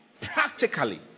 practically